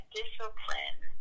discipline